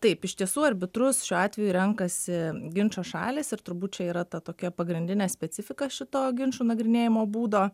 taip iš tiesų arbitrus šiuo atveju renkasi ginčo šalys ir turbūt čia yra ta tokia pagrindinė specifika šito ginčų nagrinėjimo būdo